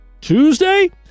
Tuesday